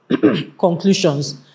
conclusions